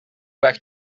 back